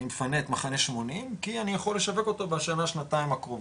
אני מפנה את מחנה 80 כי אני יכול לשווק אותו בשנה שנתיים הקרובות.